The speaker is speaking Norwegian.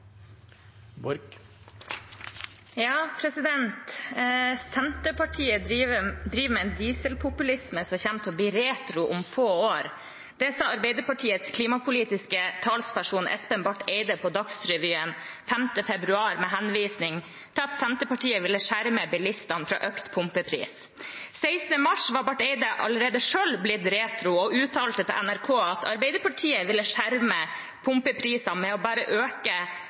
Senterpartiet driver med en dieselpopulisme som kommer til å bli retro om få år, sa Arbeiderpartiets klimapolitiske talsperson, Espen Barth Eide, i Dagsrevyen 5. februar, med henvisning til at Senterpartiet ville skjerme bilistene fra økt pumpepris. 16. mars var Barth Eide allerede selv blitt retro og uttalte til NRK at Arbeiderpartiet ville skjerme pumpeprisene ved bare å øke